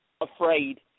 afraid